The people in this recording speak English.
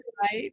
right